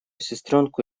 сестренку